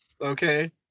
Okay